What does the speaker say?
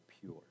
pure